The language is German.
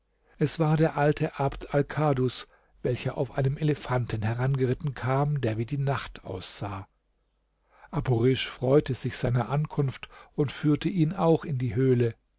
es war der alte abd alkadus welcher auf einem elefanten herangeritten kam der wie die nacht aussah abu risch freute sich seiner ankunft und führte ihn auch in die höhle